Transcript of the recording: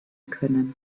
können